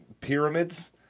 pyramids